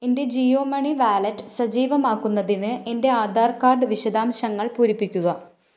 എന്റെ Jio money wallet സജീവമാക്കുന്നതിന് എന്റെ ആധാർ കാർഡ് വിശദാംശങ്ങൾ പൂരിപ്പിക്കുക